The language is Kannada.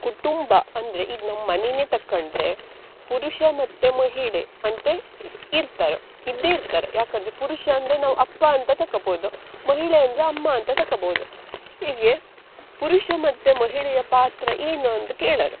ಕುಟುಂಬ ಅಂದರೆ ಈಗ ನಮ್ಮ ಮನೇನೆ ತಕೊಂಡ್ರೆ ಪುರುಷ ಮತ್ತು ಮಹಿಳೆ ಅಂತ ಇರ್ತಾರೆ ಇದ್ದೇ ಇರ್ತಾರೆ ಯಾಕಂದ್ರೆ ಪುರುಷ ಅಂದರೆ ನಾವು ಅಪ್ಪ ಅಂತ ತಕೊಬೋದು ಮಹಿಳೆ ಅಂದರೆ ಅಮ್ಮ ಅಂತ ತಕೊಬೋದು ಈಗ ಪುರುಷ ಮತ್ತು ಮಹಿಳೆಯ ಪಾತ್ರ ಏನು ಅಂದು ಕೇಳರ